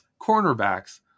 cornerbacks